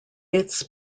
its